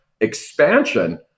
expansion